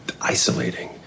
isolating